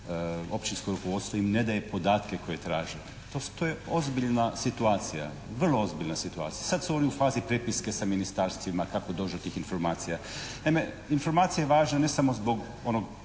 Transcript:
općinsko rukovodstvo im ne daje podatke koje traže. To je ozbiljna situacija, vrlo ozbiljna situacija. Sad su oni u fazi prepiske sa ministarstvima, kako doći do tih informacija? Naime informacija je važna ne samo zbog onog